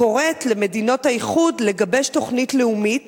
הקוראת למדינות האיחוד לגבש תוכנית לאומית